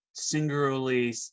singularly